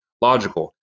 logical